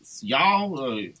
y'all